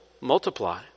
multiply